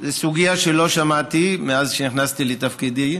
זאת סוגיה שלא שמעתי מאז שנכנסתי לתפקידי.